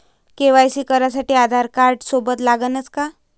KYC करासाठी आधारकार्ड सोबत लागनच का?